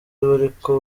bariko